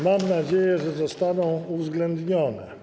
Mam nadzieję, że zostaną uwzględnione.